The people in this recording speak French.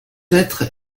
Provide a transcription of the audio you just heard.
être